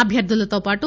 అభ్యర్థులతో పాటు